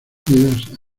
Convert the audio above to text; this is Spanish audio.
reducidos